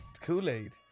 Kool-Aid